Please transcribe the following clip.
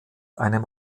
einem